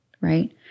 right